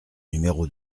numéro